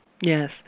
Yes